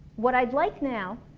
what i'd like now